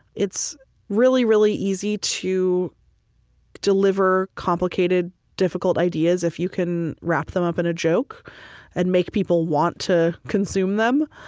it's really, really easy to deliver complicated, difficult ideas if you can wrap them up in a joke and make people want to consume them.